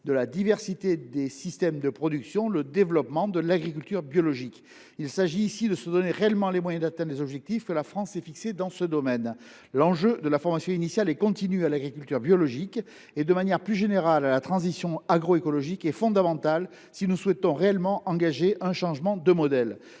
de la diversité des systèmes de production, le développement de l’agriculture biologique. La France doit se donner réellement les moyens d’atteindre les objectifs qu’elle s’est fixés dans ce domaine. L’enjeu de la formation initiale et continue à l’agriculture biologique, et de manière plus générale à la transition agroécologique, est fondamental si nous souhaitons réellement engager un changement de modèle.